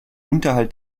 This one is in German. unterhalt